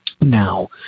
Now